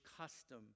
custom